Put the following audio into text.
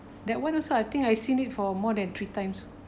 that [one] also I think I seen it for more than three times